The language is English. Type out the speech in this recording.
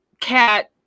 cat